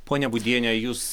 ponia būdiene jūs